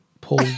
Paul